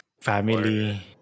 family